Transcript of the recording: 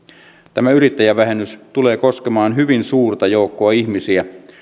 tämä yrittäjävähennys tulee koskemaan hyvin suurta joukkoa ihmisiä